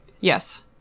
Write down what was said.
Yes